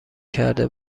کرده